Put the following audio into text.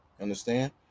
Understand